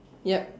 yup